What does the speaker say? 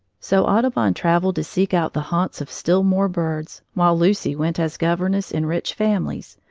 so audubon traveled to seek out the haunts of still more birds, while lucy went as governess in rich families,